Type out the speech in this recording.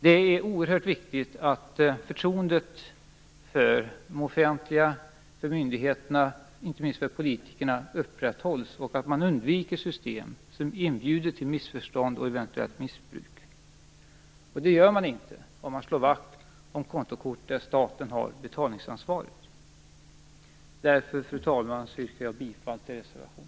Det är oerhört viktigt att förtroendet för de offentliga myndigheterna och inte minst för politikerna upprätthålls och att man undviker system som inbjuder till missförstånd och eventuellt missbruk. Det gör man inte om man slår vakt om kontokort där staten har betalningsansvaret. Fru talman! Därför yrkar jag bifall till reservation